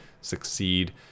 succeed